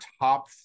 top